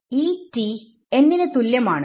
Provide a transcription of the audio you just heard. ഈ t n ന് തുല്യം ആണ്